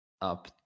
up